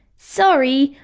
sorry,